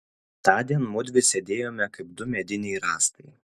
tądien mudvi sėdėjome kaip du mediniai rąstai